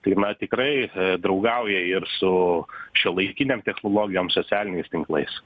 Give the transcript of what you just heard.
tai na tikrai draugauja ir su šiuolaikinėm technologijom socialiniais tinklais